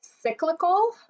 cyclical